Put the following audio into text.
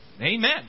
Amen